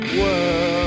world